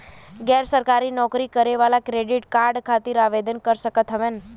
गैर सरकारी नौकरी करें वाला क्रेडिट कार्ड खातिर आवेदन कर सकत हवन?